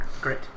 Great